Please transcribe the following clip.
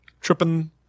tripping